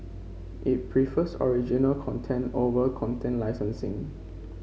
it prefers original content over content licensing